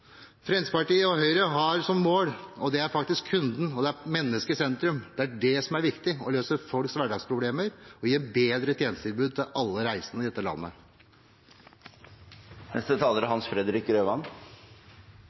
Høyre har som mål å ha kunden og mennesket i sentrum. Det er det som er viktig – å løse folks hverdagsproblemer og gi et bedre tjenestetilbud til alle reisende i dette landet. Det forventes en betydelig befolkningsvekst i Norge de neste